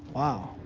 wow.